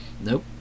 nope